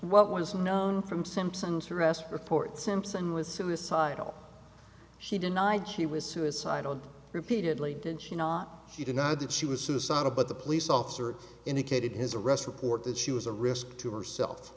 what was known from simpson's arrest report simpson was suicidal she denied she was suicidal repeatedly did she not she denied that she was suicidal but the police officer indicated his arrest record that she was a risk to herself